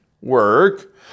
work